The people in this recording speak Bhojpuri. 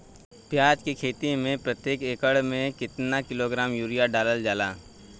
प्याज के खेती में प्रतेक एकड़ में केतना किलोग्राम यूरिया डालल जाला?